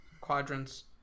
quadrants